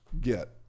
get